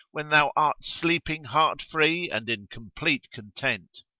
when thou art sleeping heart-free and in complete content?